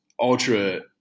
ultra